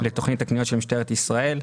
לתוכנית הקניות של משטרת ישראל.